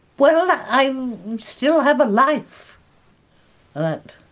well i still have a life that,